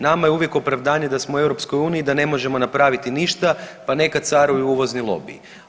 Nama je uvijek opravdanje da smo u EU da ne možemo napraviti ništa, pa neka caruju uvozni lobiji.